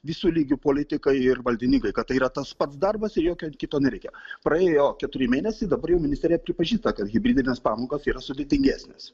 visų lygių politikai ir valdininkai kad tai yra tas pats darbas ir jokion kito nereikia praėjo keturi mėnesiai dabar jau ministerija pripažįsta kad hibridinės pamokos yra sudėtingesnės